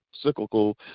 cyclical